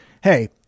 Hey